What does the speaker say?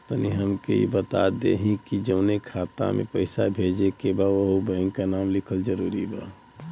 तनि हमके ई बता देही की जऊना खाता मे पैसा भेजे के बा ओहुँ बैंक के नाम लिखल जरूरी बा?